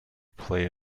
play